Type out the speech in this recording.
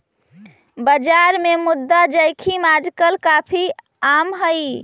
बाजार में मुद्रा जोखिम आजकल काफी आम हई